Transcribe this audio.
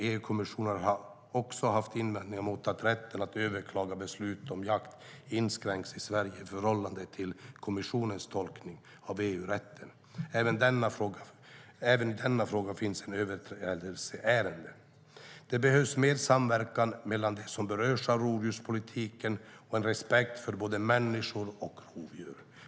EU-kommissionen har också haft invändningar mot att rätten att överklaga beslut om jakt inskränks i Sverige i förhållande till kommissionens tolkning av EU-rätten. Även i denna fråga finns ett överträdelseärende. Det behövs mer samverkan mellan dem som berörs av rovdjurspolitiken och en respekt för både människor och rovdjur.